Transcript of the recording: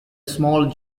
small